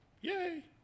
Yay